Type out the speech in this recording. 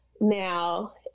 Now